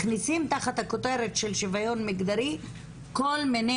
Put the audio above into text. מכניסים תחת כותרת של שוויון מגדרי כל מיני